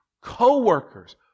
co-workers